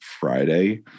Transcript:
Friday